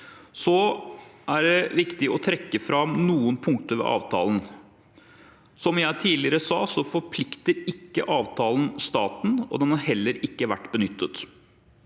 Så er det viktig å trekke fram noen punkter ved avtalen. Som jeg tidligere sa, forplikter ikke avtalen staten, og den har heller ikke vært benyttet.